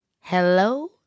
hello